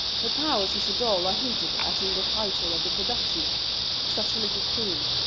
her powers as a doll are hinted at in the title of the production such a little queen.